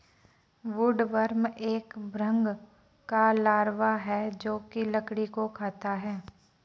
woodworm एक भृंग का लार्वा है जो की लकड़ी को खाता है